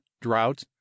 drought